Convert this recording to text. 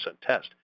test